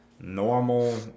normal